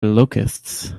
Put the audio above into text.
locusts